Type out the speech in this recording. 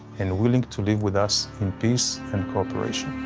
and willing to live with us in peace and cooperation.